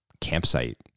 campsite